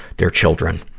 their children.